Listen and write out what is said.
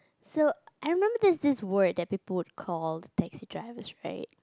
so I remember there's this word that people would call taxi drivers right